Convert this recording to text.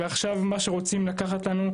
ועכשיו מה שרוצים לקחת לנו,